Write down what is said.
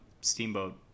Steamboat